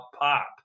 Pop